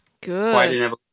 Good